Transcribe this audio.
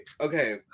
Okay